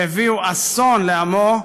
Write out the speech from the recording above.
שהביאה אסון לעמו,